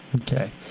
okay